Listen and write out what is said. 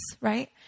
right